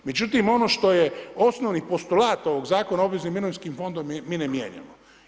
Međutim, ono što je osnovni postulat ovog Zakona o obveznim mirovinskim fondovima mi ne mijenjamo.